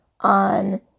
on